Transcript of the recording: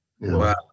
wow